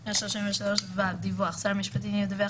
16. אחרי סעיף 133ה יבוא: "דיווח 133ו. שר המשפטים ידווח